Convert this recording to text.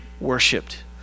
worshipped